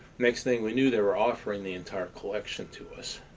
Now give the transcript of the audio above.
next thing we knew, they were offering the entire collection to us,